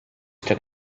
took